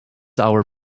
our